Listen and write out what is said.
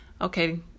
okay